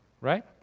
Right